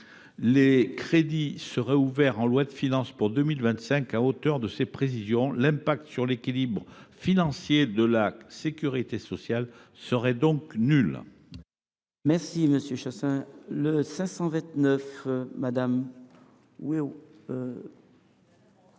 Les crédits seraient ouverts en loi de finances pour 2025 à hauteur de ces prévisions : l’impact sur l’équilibre financier de la sécurité sociale serait donc nul. La parole est à Mme